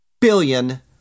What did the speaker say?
billion